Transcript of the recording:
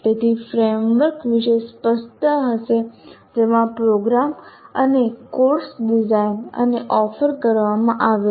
તેથી ફ્રેમવર્ક વિશે સ્પષ્ટતા હશે જેમાં પ્રોગ્રામ અને કોર્સ ડિઝાઇન અને ઓફર કરવામાં આવે છે